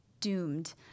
doomed